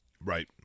Right